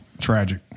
tragic